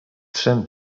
trzem